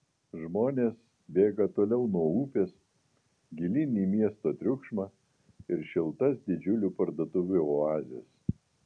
žmonės bėga toliau nuo upės gilyn į miesto triukšmą ir šiltas didžiulių parduotuvių oazes